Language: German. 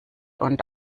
und